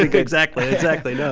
like exactly. exactly. you know